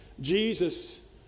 Jesus